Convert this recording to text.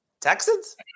Texans